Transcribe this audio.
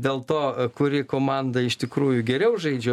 dėl to kuri komanda iš tikrųjų geriau žaidžia